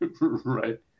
Right